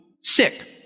sick